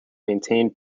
maintain